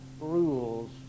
rules